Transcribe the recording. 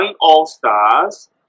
All-Stars